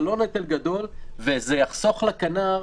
זה לא נטל גדול, וזה יחסוך לכנ"ר